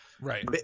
right